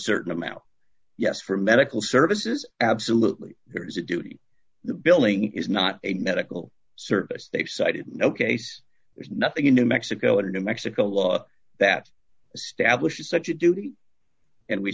certain amount yes for medical services absolutely there is a duty the billing is not a medical service they cited no case there's nothing in new mexico or new mexico law that stablish such a duty and we